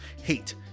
hate